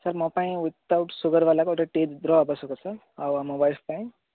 sir ମୋ ପାଇଁ without sugar ୱାଲା ଗୋଟେ ଟି'ର ଆବଶ୍ୟକ ସାର୍ ଆଉ ମୋ ୱାଇଫ୍ ପାଇଁ